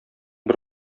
бер